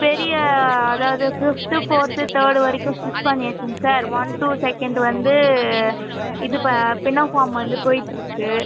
பெரிய அதாவது fifth fourth third வரைக்குமே ஸ்டிச் பண்ணியாச்சுங்க சார் ஒன் டு செகெண்ட் வந்து இது ப பினோஃபாம் வந்து போயிட்டிருக்கு